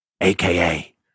aka